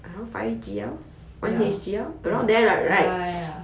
oh ya ya ya ya ya ya